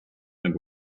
and